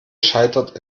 scheitert